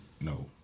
No